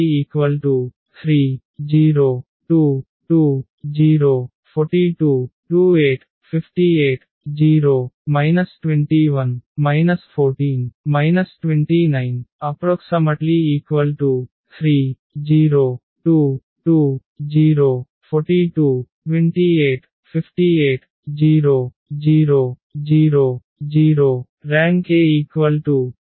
A3 0 2 2 0 42 28 58 0 21 14 29 3 0 2 2 0 42 28 58 0 0 0 0 ర్యాంక్A2